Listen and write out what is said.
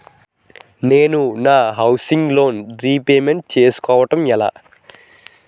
నేను నా housing loan repayment చేసుకోవటం ఎలా?